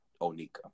Onika